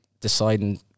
deciding